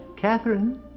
Catherine